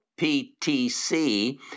PTC